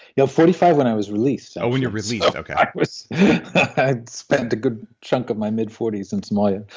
you know forty five when i was released so when you're released, okay i'd spent a good chunk of my mid forty s in somalia.